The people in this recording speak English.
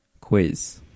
quiz